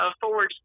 forward